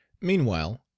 meanwhile